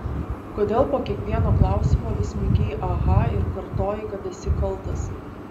kodėl po kiekvieno klausimo vis mykei aha ir kartojai kad esi kaltas